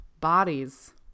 Bodies